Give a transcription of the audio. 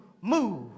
move